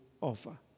offer